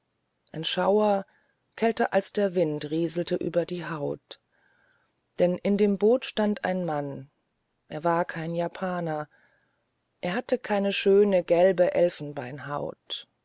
ein schauder kälter als der wind rieselte ihr über die haut denn in dem boot stand ein mann der war kein japaner er hatte keine schöne gelbe